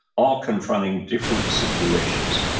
all confronting different situations,